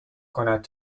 کند